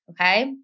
Okay